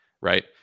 Right